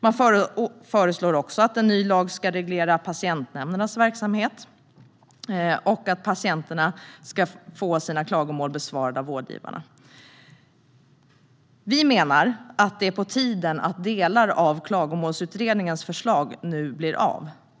Man föreslår också att en ny lag ska reglera patientnämndernas verksamhet och att patienterna ska få sina klagomål besvarade av vårdgivarna. Vi menar att det är på tiden att delar av Klagomålsutredningens förslag nu blir av.